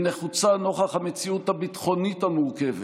היא נחוצה נוכח המציאות הביטחונית המורכבת,